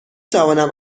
توانم